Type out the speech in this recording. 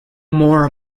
more